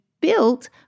built